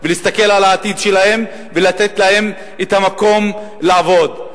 ולהסתכל על העתיד שלהם ולתת להם את המקום לעבוד.